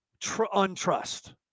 untrust